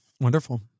Wonderful